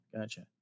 Gotcha